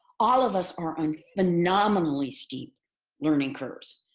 all of us are on phenomenally steep learning curves